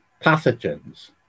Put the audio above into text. pathogens